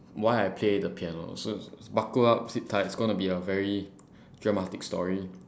why I play the piano so s~ so buckle up sit tight it's going to be a very dramatic story